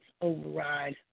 override